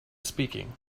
speaking